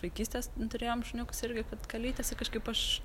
vaikystės turėjom šuniukus irgi kad kalytės ir kažkaip aš